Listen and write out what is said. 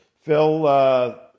Phil